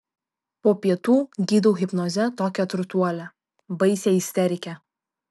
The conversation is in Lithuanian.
po pietų gydau hipnoze tokią turtuolę baisią isterikę